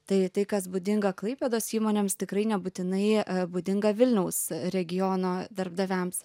tai tai kas būdinga klaipėdos įmonėms tikrai nebūtinai būdinga vilniaus regiono darbdaviams